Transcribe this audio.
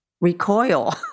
recoil